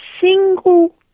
single